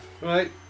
Right